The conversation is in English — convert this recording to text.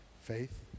Faith